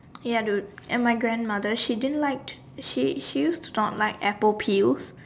ya dude and my grandmother she didn't like she she used not like apple peel